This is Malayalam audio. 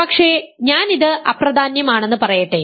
പക്ഷേ ഞാൻ ഇത് അപ്രാധാന്യം ആണെന്ന് പറയട്ടെ